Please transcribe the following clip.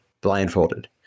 blindfolded